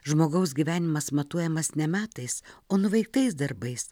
žmogaus gyvenimas matuojamas ne metais o nuveiktais darbais